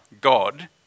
God